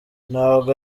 ntabwo